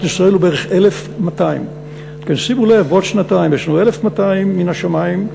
ישראל זה בערך 1,200. תשימו לב: בעוד שנתיים יש לנו 1,200 מן השמים,